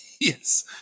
Yes